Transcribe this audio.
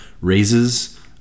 raises